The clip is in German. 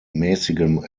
mäßigem